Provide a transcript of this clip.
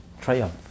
triumph